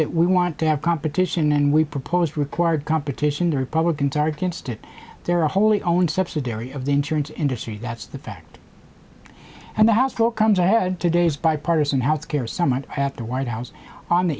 that we want to have competition and we proposed required competition the republicans are against it they're a wholly owned subsidiary of the insurance industry that's the fact and the house vote comes ahead today's bipartisan health care summit at the white house on the